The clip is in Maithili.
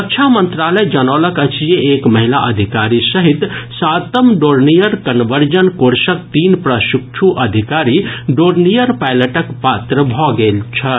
रक्षा मंत्रालय जनौलक अछि जे एक महिला अधिकारी सहित सातम् डोर्नियर कनवर्जन कोर्सक तीन प्रशिक्षु अधिकारी डोर्नियर पायलटक पात्र भऽ गेल छथि